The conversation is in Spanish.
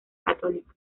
católica